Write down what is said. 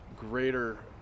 greater